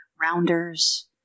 *Rounders*